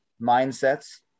mindsets